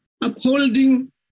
upholding